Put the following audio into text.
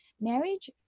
marriage